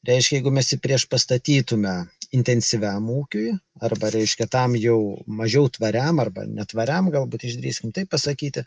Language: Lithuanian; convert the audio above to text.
reiškia jeigu mes jį priešpastatytume intensyviam ūkiui arba reiškia tam jau mažiau tvariam arba netvariam galbūt išdrįskim taip pasakyti